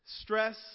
stress